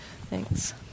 Thanks